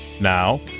Now